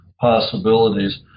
possibilities